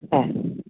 ಹ್ಞೂ